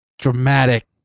dramatic